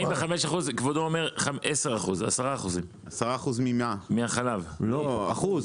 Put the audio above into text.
אנחנו נעשה ישיבה מצומצמת, נבין את הבעיה